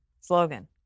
slogan